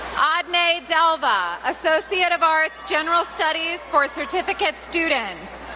odny delva, associate of arts, general studies for certificate students.